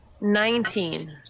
Nineteen